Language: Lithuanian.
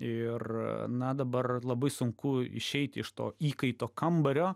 ir na dabar labai sunku išeit iš to įkaito kambario